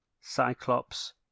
Cyclops